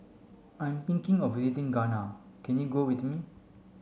I'm thinking of visiting Ghana can you go with me